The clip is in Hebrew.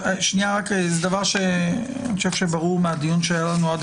אני חושב שברור מהדיון שהיה לנו עד